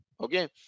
Okay